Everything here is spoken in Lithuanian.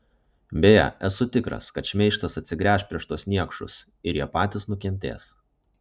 beje esu tikras kad šmeižtas atsigręš prieš tuos niekšus ir jie patys nukentės